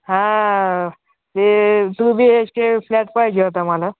हा ते two B H K flat पाहिजे होता मला